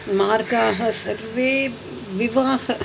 मार्गाः सर्वे विवाहः